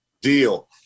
deal